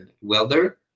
welder